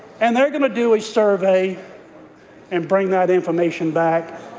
and they are going to do a survey and bring that information back,